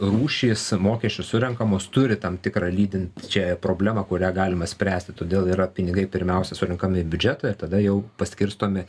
rūšys mokesčių surenkamos turi tam tikrą lydinčiąją problemą kurią galima spręsti todėl yra pinigai pirmiausia surenkami į biudžetą ir tada jau paskirstomi